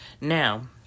Now